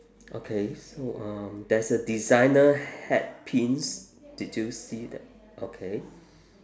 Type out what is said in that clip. okay so um there's a designer hatpins did you see that okay